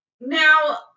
Now